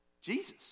Jesus